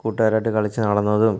കൂട്ടുകാരായിട്ട് കളിച്ച് നടന്നതും